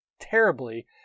terribly